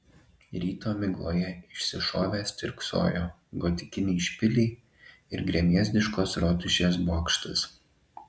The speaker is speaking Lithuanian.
ryto migloje išsišovę stirksojo gotikiniai špiliai ir gremėzdiškos rotušės bokštas